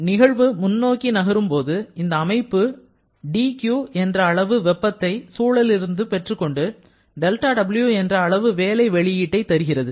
நிகழ்வு முன்னோக்கி நகரும் போது இந்த அமைப்பு δQ என்ற அளவு வெப்பத்தை சூழலிலிருந்து பெற்றுக்கொண்டு δW எந்த அளவு வேலை வெளியீட்டை தருகிறது